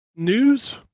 News